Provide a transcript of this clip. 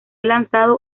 lanzado